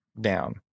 down